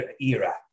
era